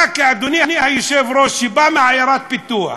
אתה, אדוני היושב-ראש, שבא מעיירת פיתוח,